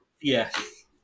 Yes